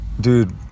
Dude